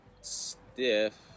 stiff